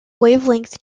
wavelength